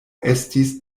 estis